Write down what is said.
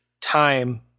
time